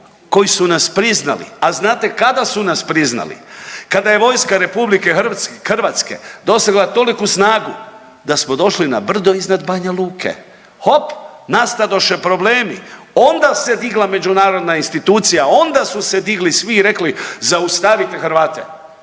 koji su nas priznali? A znate kada su nas priznali? Kada je vojska Republike Hrvatske dosegla toliku snagu da smo došli na brdo iznad Banja Luke. Hop! Nastadoše problemi. Onda se digla međunarodna institucija, onda su se digli svi i rekli zaustavite Hrvate.